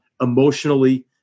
emotionally